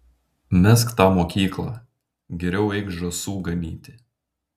mesk tą mokyklą geriau eik žąsų ganyti